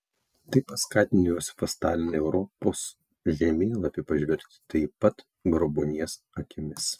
tai paskatino josifą staliną į europos žemėlapį pažvelgti taip pat grobuonies akimis